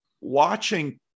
Watching